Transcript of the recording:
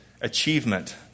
achievement